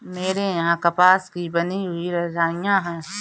मेरे यहां कपास की बनी हुई रजाइयां है